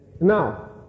Now